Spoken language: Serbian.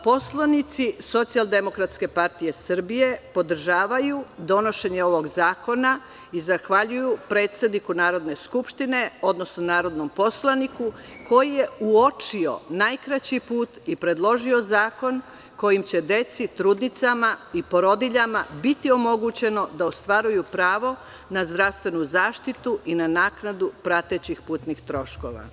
Poslanici SDPS podržavaju donošenje ovog zakona i zahvaljuju predsedniku Narodne skupštine, odnosno narodnom poslaniku koji je uočio najkraći put i predložio zakon kojim će deci, trudnicama i porodiljama biti omogućeno da ostvaruju pravo na zdravstvenu zaštitu i na naknadu pratećih putnih troškova.